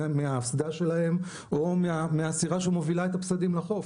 מהאסדה שלהם או מהסירה שמובילה את הפסדים לחוף.